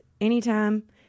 anytime